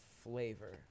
flavor